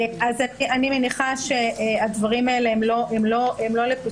אני מניחה שהדברים האלה הם לא לפתחנו,